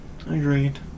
agreed